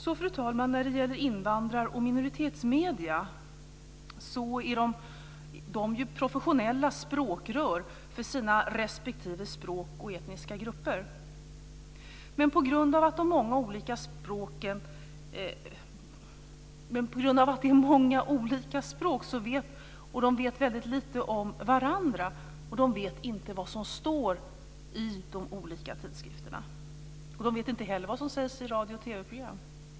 Så, fru talman, vill jag säga att invandrar och minoritetsmedier är professionella språkrör för sina respektive språk och etniska grupper. Men det är många olika språk och grupperna vet väldigt lite om varandra, och de vet inte vad som står i de olika tidskrifterna. De vet inte heller vad som sägs i radiooch TV-program.